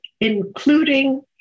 including